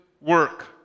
work